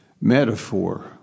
metaphor